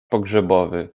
pogrzebowy